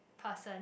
person